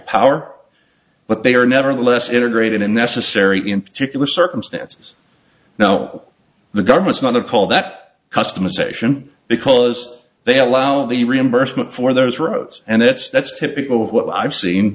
power but they are nevertheless integrated in necessary in particular circumstances now the government's not to call that customisation because they allow the reimbursement for those roads and that's that's typical of what i've seen